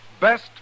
Best